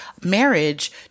marriage